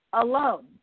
alone